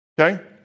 okay